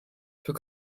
für